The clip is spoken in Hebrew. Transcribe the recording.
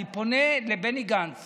אני פונה לבני גנץ